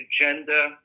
agenda